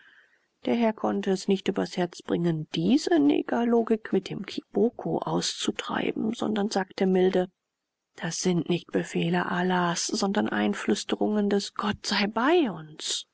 der herr konnte es nicht übers herz bringen diese negerlogik mit dem kiboko auszutreiben sondern sagte milde das sind nicht befehle allahs sondern einflüsterungen des gottseibeiuns